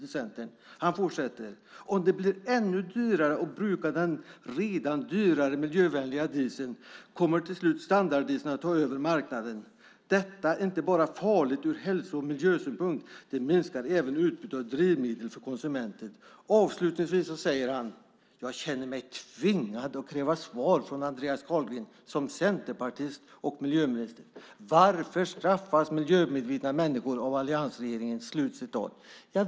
Han fortsätter: Om det blir ännu dyrare att bruka den redan dyrare miljövänliga dieseln kommer till slut standarddieseln att ta över marknaden. Detta är inte bara farligt ur hälso och miljösynpunkt, det minskar även utbudet av drivmedel för konsumenten. Avslutningsvis säger han: Jag känner mig tvingad att kräva svar från Andreas Carlgren som centerpartist och miljöminister. Varför straffas miljömedvetna människor av alliansregeringen?